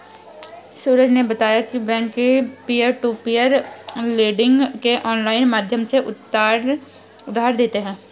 सूरज ने बताया की बैंक भी पियर टू पियर लेडिंग के ऑनलाइन माध्यम से उधार देते हैं